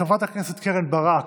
חברת הכנסת קרן ברק,